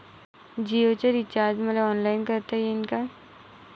जीओच रिचार्ज मले ऑनलाईन करता येईन का?